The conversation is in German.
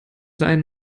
sein